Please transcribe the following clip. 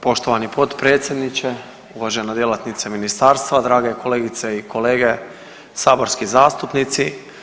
Poštovani potpredsjedniče, uvažena djelatnice ministarstva, drage kolegice i kolege saborski zastupnici.